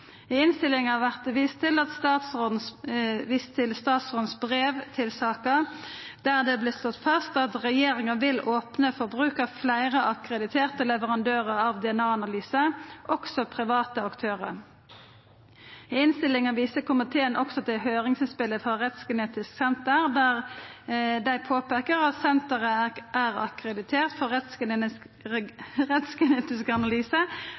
I innstillinga vert det vist til statsrådens brev til saka, der det vert slått fast at regjeringa vil opna for bruk av fleire akkrediterte leverandørar av DNA-analysar, også private aktørar. I innstillinga viser komiteen også til høyringsutspelet frå Rettsgenetisk senter, der dei påpeiker at senteret er akkreditert for